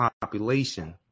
population